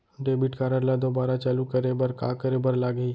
Debit card ला दोबारा चालू करे बर का करे बर लागही?